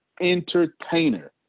entertainer